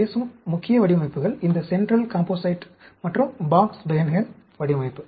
நான் பேசும் முக்கிய வடிவமைப்புகள் இந்த சென்ட்ரல் காம்போசைட் மற்றும் பாக்ஸ் பெஹன்கென் வடிவமைப்பு